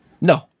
no